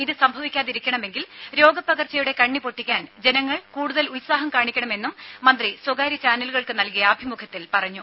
ഇത് സംഭവിക്കാതിരിക്കണമെങ്കിൽ രോഗപ്പകർച്ചയുടെ കണ്ണി പൊട്ടിക്കാൻ ജനങ്ങൾ കൂടുതൽ ഉത്സാഹം കാണിക്കണമെന്നും മന്ത്രി സ്വകാര്യ ചാനലുകൾക്ക് നൽകിയ അഭിമുഖത്തിൽ പറഞ്ഞു